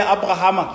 Abraham